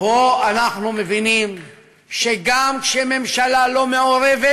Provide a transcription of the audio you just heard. פה אנחנו מבינים שגם כשממשלה לא מעורבת,